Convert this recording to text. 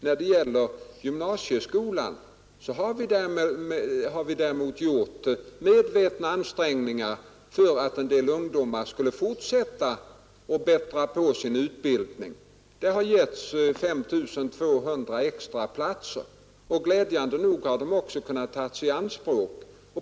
När det gäller gymnasieskolan har vi däremot gjort medvetna ansträngningar för att få en del ungdomar att fortsätta studierna och bättra på sin utbildning. Det har funnits 5 200 extra platser, och glädjande nog har de också kunnat tas i anspråk.